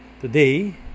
Today